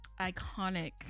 iconic